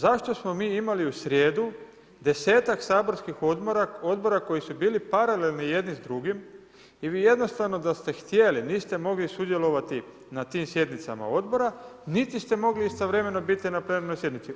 Zašto smo mi imali u srijedu desetak saborskih odbora koji su bili paralelni jedni s drugim i vi jednostavno da ste htjeli niste mogli sudjelovat na tim sjednicama odbora niti ste mogli istovremeno biti na plenarnoj sjednici.